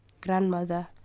Grandmother